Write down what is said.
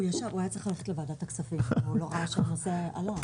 הוא היה צריך ללכת לוועדת הכספים והוא לא ראה שהנושא עלה.